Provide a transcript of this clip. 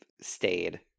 stayed